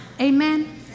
Amen